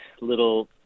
little